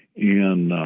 and